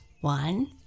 One